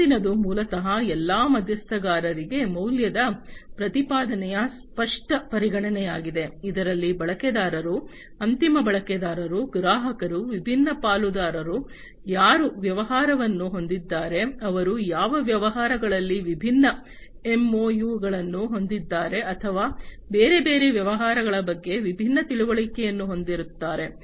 ಮುಂದಿನದು ಮೂಲತಃ ಎಲ್ಲಾ ಮಧ್ಯಸ್ಥಗಾರರಿಗೆ ಮೌಲ್ಯದ ಪ್ರತಿಪಾದನೆಯ ಸ್ಪಷ್ಟ ಪರಿಗಣನೆಯಾಗಿದೆ ಇದರಲ್ಲಿ ಬಳಕೆದಾರರು ಅಂತಿಮ ಬಳಕೆದಾರರು ಗ್ರಾಹಕರು ವಿಭಿನ್ನ ಪಾಲುದಾರರು ಯಾರು ವ್ಯವಹಾರವನ್ನು ಹೊಂದಿದ್ದಾರೆ ಅವರು ಯಾವ ವ್ಯವಹಾರಗಳಲ್ಲಿ ವಿಭಿನ್ನ ಎಂಒಯುಗಳನ್ನು ಹೊಂದಿದ್ದಾರೆ ಅಥವಾ ಬೇರೆ ಬೇರೆ ವ್ಯವಹಾರಗಳ ನಡುವೆ ವಿಭಿನ್ನ ತಿಳುವಳಿಕೆಯನ್ನು ಹೊಂದಿರುತ್ತಾರೆ